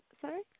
Sorry